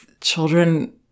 children